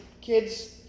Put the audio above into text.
kids